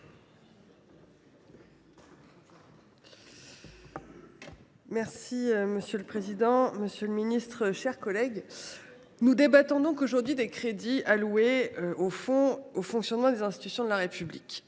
Vogel. Monsieur le président, monsieur le ministre, mes chers collègues, nous débattons aujourd’hui des crédits alloués au fonctionnement des institutions de la République.